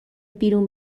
بیرون